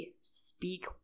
speak